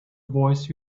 voice